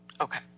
Okay